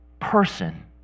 person